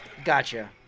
gotcha